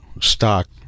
stock